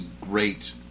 great